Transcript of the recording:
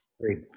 Great